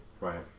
Right